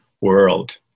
world